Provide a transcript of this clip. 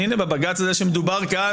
הינה בבג"ץ הזה שמדובר כאן,